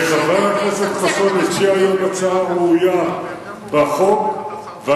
למה אתה לא בא עם הצעת חוק שתצמצם את מספר המשתמטים?